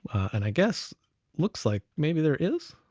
and i guess looks like maybe there is.